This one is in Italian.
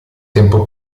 tempo